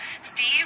Steve